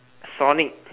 sonic